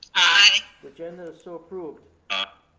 aye. the agenda is so approved. ah